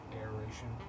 aeration